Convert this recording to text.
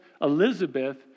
Elizabeth